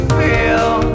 feel